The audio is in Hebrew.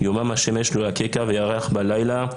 יומם השמש לא יככה וירח בלילה.